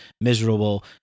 miserable